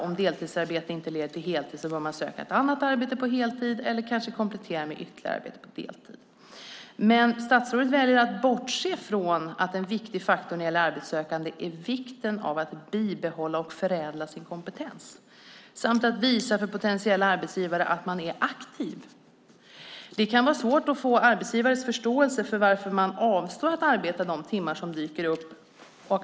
Om deltidsarbetet inte leder till heltid bör personen söka ett annat arbete på heltid eller kanske komplettera med ytterligare arbete på deltid. Statsrådet väljer dock att bortse från att en viktig faktor när det gäller arbetssökande är vikten av att bibehålla och förädla sin kompetens samt att visa för potentiella arbetsgivare att man är aktiv. Det kan vara svårt att få arbetsgivares förståelse när man avstår från att arbeta de timmar som dyker upp.